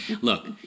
Look